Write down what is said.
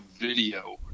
video